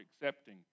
accepting